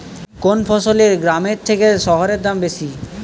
কোন ফসলের গ্রামের থেকে শহরে দাম বেশি?